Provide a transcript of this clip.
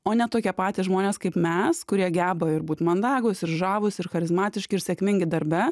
o ne tokie patys žmonės kaip mes kurie geba ir būt mandagūs ir žavūs ir charizmatiški ir sėkmingi darbe